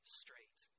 straight